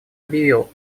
объявил